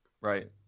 Right